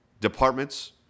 departments